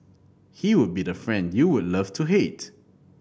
he would be the friend you would love to hate